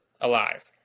alive